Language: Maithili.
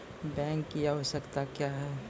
बैंक की आवश्यकता क्या हैं?